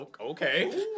Okay